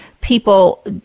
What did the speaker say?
People